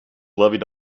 levied